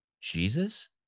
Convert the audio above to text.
Jesus